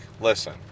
listen